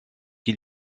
qui